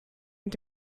mit